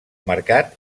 mercat